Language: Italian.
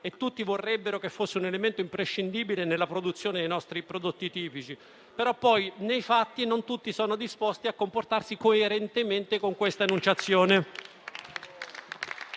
e tutti vorrebbero che fosse un elemento imprescindibile nella produzione dei nostri prodotti tipici; poi però, nei fatti, non tutti sono disposti a comportarsi coerentemente con questa enunciazione.